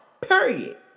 Period